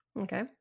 Okay